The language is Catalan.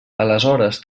aleshores